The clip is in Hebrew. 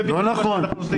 זה בדיוק מה שאנחנו עושים.